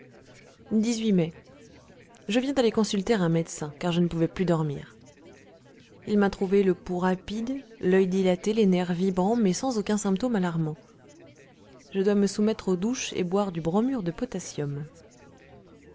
mai je viens d'aller consulter mon médecin car je ne pouvais plus dormir il m'a trouvé le pouls rapide l'oeil dilaté les nerfs vibrants mais sans aucun symptôme alarmant je dois me soumettre aux douches et boire du bromure de potassium